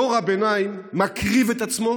דור הביניים מקריב את עצמו